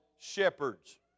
Shepherds